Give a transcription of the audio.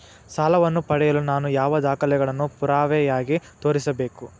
ಸಾಲವನ್ನು ಪಡೆಯಲು ನಾನು ಯಾವ ದಾಖಲೆಗಳನ್ನು ಪುರಾವೆಯಾಗಿ ತೋರಿಸಬೇಕು?